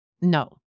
No